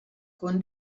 con